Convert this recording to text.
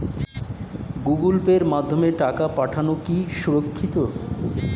Google পের মাধ্যমে টাকা পাঠানোকে সুরক্ষিত?